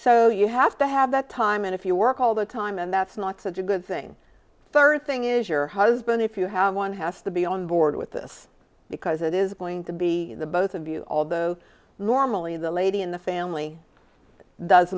so you have to have that time and if you work all the time and that's not such a good thing first thing is your husband if you have one has to be on board with this because it is going to be the both of you although normally the lady in the family does